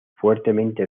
fuertemente